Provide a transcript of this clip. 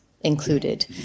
Included